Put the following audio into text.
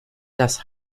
das